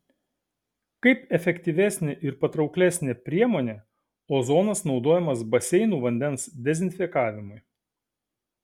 kaip efektyvesnė ir patrauklesnė priemonė ozonas naudojamas baseinų vandens dezinfekavimui